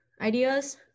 ideas